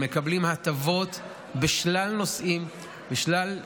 הם מקבלים הטבות בשלל נושאים, בשלל פעולות,